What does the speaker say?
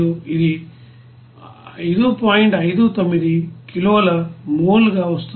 59 కిలోల మోల్ గా వస్తుంది